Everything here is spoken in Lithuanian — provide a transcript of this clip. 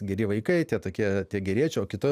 geri vaikai tie tokie tie geriečiai o kitoj